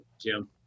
Jim